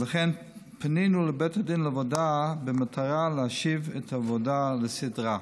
ולכן פנינו לבית הדין לעבודה במטרה להשיב את העבודה לסדרה.